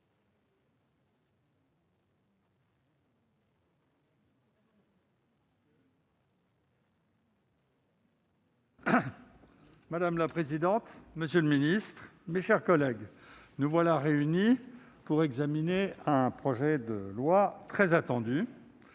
Madame la présidente, monsieur le ministre, mes chers collègues, nous sommes réunis pour examiner un projet de loi très attendu,